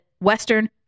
Western